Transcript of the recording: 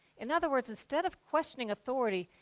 in other words, instead of questioning authority,